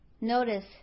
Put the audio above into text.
notice